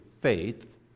faith